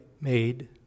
made